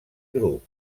grup